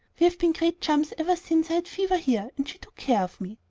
we've been great chums ever since i had fever here, and she took care of me.